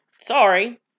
Sorry